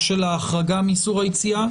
של ההחרגה מאיסור היציאה.